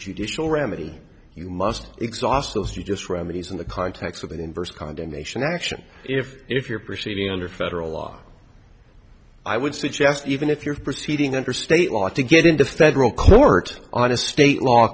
judicial remedy you must exhaust those you just remedies in the context of an inverse condemnation action if if you're proceeding under federal law i would suggest even if you're proceeding under state law to get into federal court on a state law